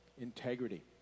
integrity